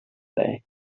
dig